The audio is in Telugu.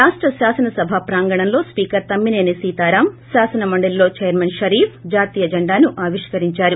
రాష్ట శాసనసభా పాంగణంలో స్పీకర్ తమ్మినేని సీతారాం శాసన మండలిలో చైర్మన్ షరీఫ్ జాతీయ జెండాను ఆవిష్కరించారు